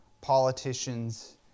politicians